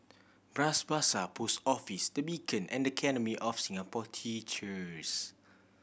Bras Basah Post Office The Beacon and Academy of Singapore Teachers